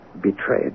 betrayed